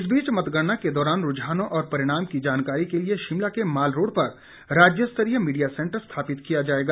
इस बीच मतगणना के दौरान रूझानों और परिणाम की जानकारी के लिए शिमला के मालरोड पर राज्य स्तरीय मीडिया सेंटर स्थापित किया जाएगा